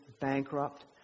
bankrupt